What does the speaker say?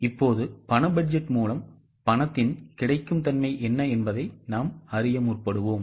இப்போது பண பட்ஜெட் மூலம் பணத்தின் கிடைக்கும் தன்மை என்ன என்பதை நாம் அறிவோம்